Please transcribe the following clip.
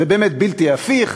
זה באמת בלתי הפיך,